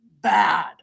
bad